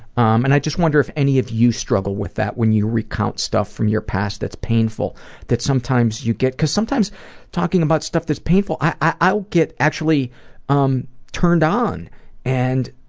um and i just wonder if any of you struggle with that when you recount stuff from your past that's painful that sometimes you get because sometimes talking about stuff that's painful, i'll get actually um turned on and